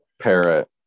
Parrot